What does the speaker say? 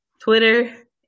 Twitter